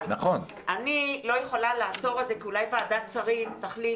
אבל אני לא יכולה לעצור את זה כי אולי ועדת שרים תחליט